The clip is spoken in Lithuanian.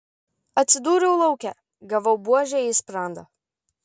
atsidūriau lauke gavau buože į sprandą